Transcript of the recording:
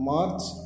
March